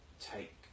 Take